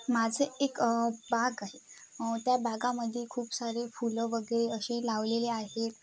माझं एक बाग आहे त्या बागेमध्ये खूप सारे फुलं वगे असे लावलेले आहेत